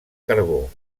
carbó